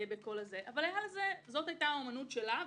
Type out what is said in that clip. אבל זו היתה האומנות שלה,